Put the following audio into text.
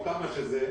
או כמה שהם,